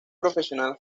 profesional